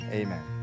amen